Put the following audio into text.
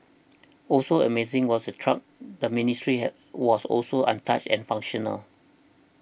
also amazing was the truck the Ministry had was also untouched and functional